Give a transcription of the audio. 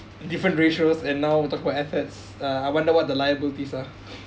different ratios and we talk about efforts uh I wonder what the liabilities are